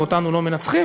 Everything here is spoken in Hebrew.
ואותנו לא מנצחים,